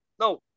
no